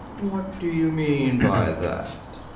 what do you mean by that?